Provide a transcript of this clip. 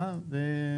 השר.